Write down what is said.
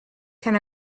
can